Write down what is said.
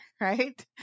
right